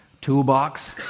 toolbox